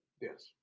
Yes